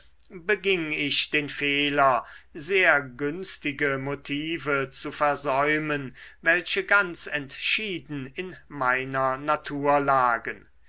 beging ich den fehler sehr günstige motive zu versäumen welche ganz entschieden in meiner natur lagen